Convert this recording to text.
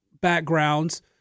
backgrounds